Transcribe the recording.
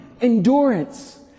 endurance